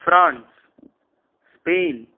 France Spain